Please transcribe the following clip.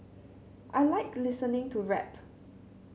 I like listening to rap